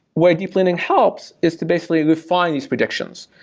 where deep learning helps is to basically refine these prediction,